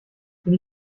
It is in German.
bin